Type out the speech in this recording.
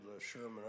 Sherman